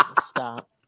Stop